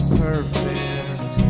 perfect